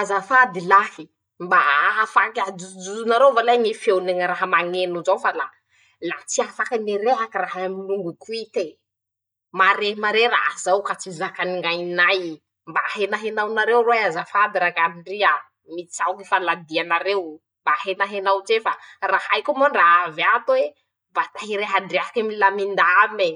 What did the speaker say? Azafady lahy, mba afaky ajojotsonareo va lahy ñy feony ñy raha mañeno zao fa la, la tsy afaky mirehaky rahay aminy longoko ite; mare maré raha zao ka tsy zakany ñainay. Mba ahenaonao nareo roe azafady rañandria, mitsaoky faladianareo, mba ahenaonao tse fa rahay koa moa ndra avy ato e, mba ta hirehadrehaky milamindamee,